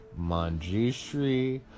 Manjushri